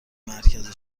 مرکز